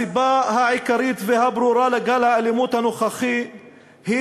הסיבה העיקרית והברורה לגל האלימות הנוכחי היא